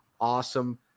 awesome